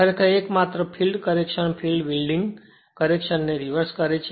ખરેખર એકમાત્ર field correction field winding correction ને રીવર્સકરે છે